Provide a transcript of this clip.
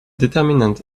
determinant